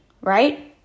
Right